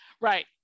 Right